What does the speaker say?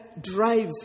drive